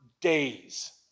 days